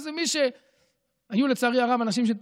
ואז היו לצערי הרב אנשים,